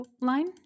line